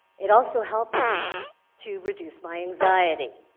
it also helped me to reduce my anxiety.